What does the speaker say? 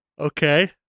Okay